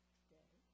today